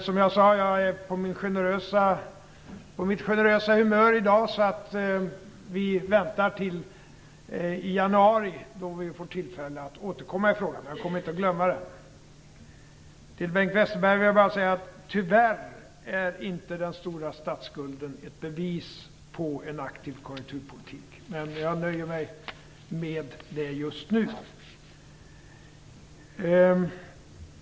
Som jag sade är jag på mitt generösa humör i dag, så att vi väntar till januari då vi får tillfälle att återkomma i frågan. Men jag kommer inte att glömma den. Till Bengt Westerberg vill jag bara säga att tyvärr är inte den stora statsskulden ett bevis på en aktiv konjunkturpolitik. Men jag nöjer mig med detta just nu.